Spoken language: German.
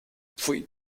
pfui